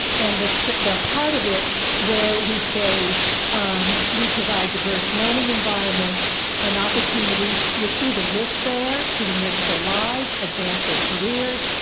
and the part of it where we say um we provide diverse learning environments and opportunities, you will see the list there. to enrich their lives, advance their careers,